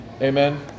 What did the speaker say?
amen